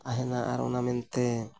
ᱛᱟᱦᱮᱱᱟ ᱟᱨ ᱚᱱᱟ ᱢᱮᱱᱛᱮ